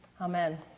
Amen